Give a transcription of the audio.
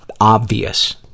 obvious